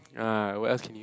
uh what else can you see